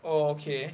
oh okay